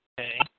Okay